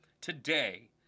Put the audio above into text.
today